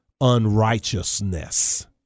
unrighteousness